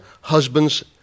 husbands